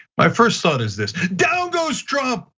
my first thought is this, down goes trump,